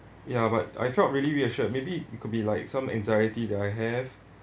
ya but I felt really reassured maybe it could be like some anxiety that I have